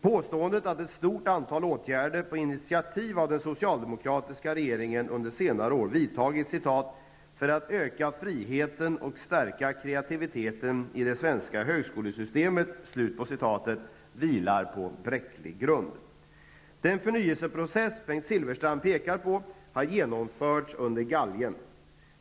Påståendet att ett stort antal åtgärder på initiativ av den socialdemokratiska regeringen under senare år vidtagits ''för att öka friheten och stärka kreativiteten i det svenska högskolesystemet'' vilar på bräcklig grund. Den förnyelseprocess Bengt Silfverstrand pekar på har genomförts under galgen.